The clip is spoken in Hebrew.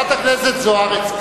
חברת הכנסת זוארץ,